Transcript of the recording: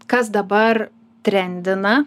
kas dabar trendina